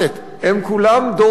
הם כולם דור ת'.